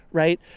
right?